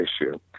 issue